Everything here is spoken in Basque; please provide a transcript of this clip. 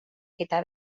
eta